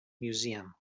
museum